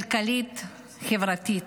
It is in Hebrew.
כלכלית וחברתית.